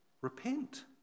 Repent